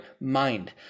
Mind